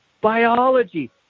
biology